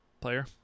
player